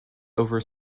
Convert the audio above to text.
over